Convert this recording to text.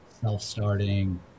self-starting